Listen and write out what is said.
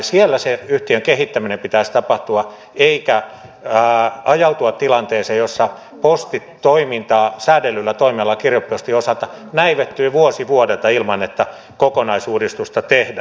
siellä sen yhtiön kehittämisen pitäisi tapahtua eikä ajautua tilanteeseen jossa postitoiminta säädellyllä toimialalla kirjepostin osalta näivettyy vuosi vuodelta ilman että kokonaisuudistusta tehdään